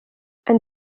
ein